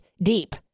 deep